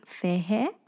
Fairhair